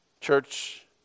Church